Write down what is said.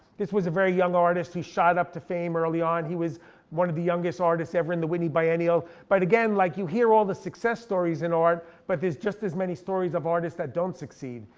this was a very younger artist, he shot up to fame early on. he was one of the youngest artists ever in the whitney biennial. but again, like you hear all the success stories in art, but there's just as many stories of artists that don't succeed.